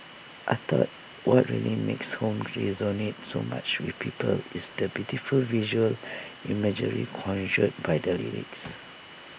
I thought what really makes home resonate so much with people is the beautiful visual imagery conjured by the lyrics